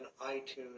itunes